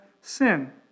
sin